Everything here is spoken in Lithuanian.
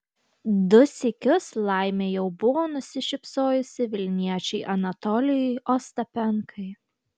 du sykius laimė jau buvo nusišypsojusi vilniečiui anatolijui ostapenkai